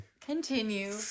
Continue